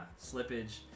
slippage